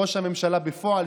ראש הממשלה בפועל,